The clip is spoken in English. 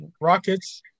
Rockets